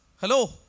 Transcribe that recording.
Hello